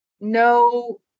no